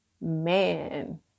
Man